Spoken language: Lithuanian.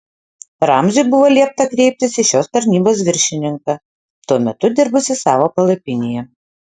ramziui buvo liepta kreiptis į šios tarnybos viršininką tuo metu dirbusį savo palapinėje